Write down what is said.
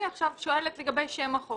אני עכשיו שואלת לגבי שם החוק.